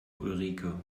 ulrike